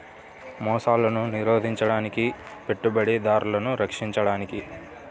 మోసాలను నిరోధించడానికి, పెట్టుబడిదారులను రక్షించడానికి